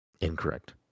Incorrect